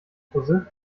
puzzle